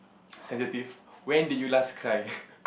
sensitive when did you last cry